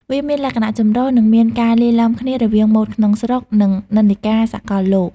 វាមានលក្ខណៈចម្រុះ និងមានការលាយឡំគ្នារវាងម៉ូដក្នុងស្រុក និងនិន្នាការសកលលោក។